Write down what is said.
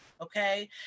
Okay